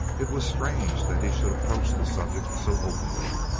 it was strange that he should approach the subject so openly.